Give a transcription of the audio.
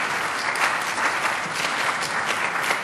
(מחיאות כפיים)